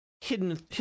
hidden